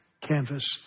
canvas